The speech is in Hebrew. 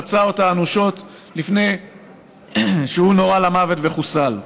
ופצע אותה אנושות לפני שהוא נורה למוות וחוסל.